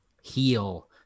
heal